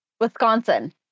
Wisconsin